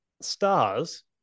stars